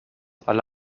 alle